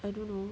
dont know